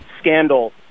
scandal